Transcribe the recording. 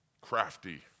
Crafty